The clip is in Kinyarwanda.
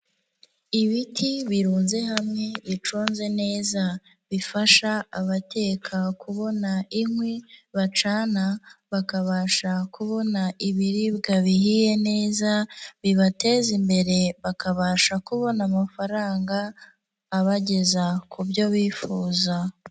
Ibiti birunze hamwe bicunze neza, bifasha abateka kubona inkwi bacana bakabasha kubona ibiribwa bihiye neza, bibateza imbere bakabasha kubona amafaranga, abageza ku byo bifuza.